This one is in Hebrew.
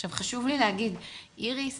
חשוב לי להגיד, איריס